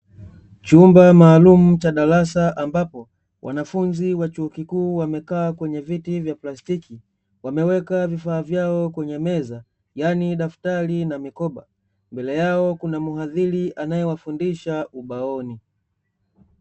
Chumba maalumu cha darasa ambapo wanafunzi wa chuo kikuu wamekaa kwenye viti vya plastiki, wameweka vifaa vyao kwenye meza yaani daftari na mikoba mbele yao kuna muadhili anaewafundisha ubaoni.